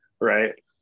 right